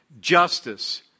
Justice